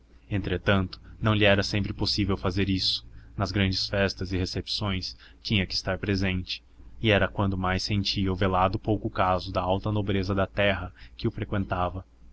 entretanto não lhe era sempre possível fazer isso nas grandes festas e recepções tinha que estar presente e era quando mais sentia o velado pouco caso da alta nobreza da terra que o freqüentava